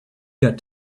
got